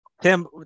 Tim